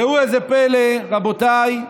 ראו זה פלא, רבותיי,